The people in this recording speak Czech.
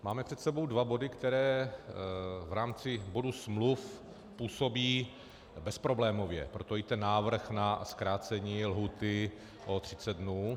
Máme před sebou dva body, které v rámci bodu smluv působí bezproblémově, proto i ten návrh na zkrácení lhůty o třicet dnů.